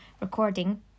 recording